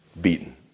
beaten